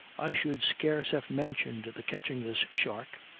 i should scarce have mentioned the catching this shark,